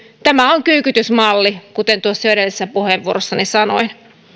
tämä on kyykytysmalli kuten tuossa jo edellisessä puheenvuorossani sanoin